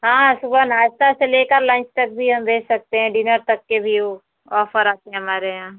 हाँ सुबह नाश्ता से लेकर लंच तक भी हम भेज सकते हैं डिनर तक के भी ओ ऑफर आते हैं हमारे यहाँ